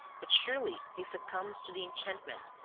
but surely he succumbs to the enchantment,